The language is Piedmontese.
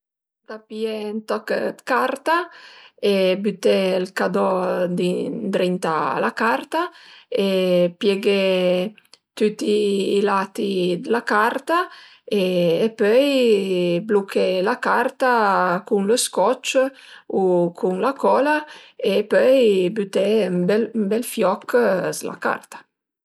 Ëntà pìé ën toch 'd carta e büté ël cadò dint ëndrinta a la carta e pieghé tüti i lati d'la carta e pöi bluché la carta cun lë scotch u cun la cola e pöi büté ën bel fioch s'la carta